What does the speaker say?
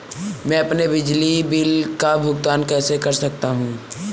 मैं अपने बिजली बिल का भुगतान कैसे कर सकता हूँ?